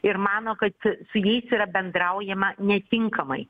ir mano kad su jais yra bendraujama netinkamai